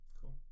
Cool